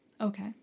Okay